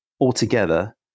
altogether